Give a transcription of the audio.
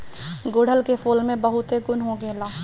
गुड़हल के फूल में बहुते गुण होखेला